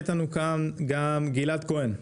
גלעד כהן,